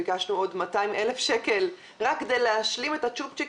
ביקשנו עוד 200,000 שקל רק כדי להשלים את הצ'ופצ'יק